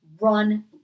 run